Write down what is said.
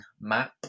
Map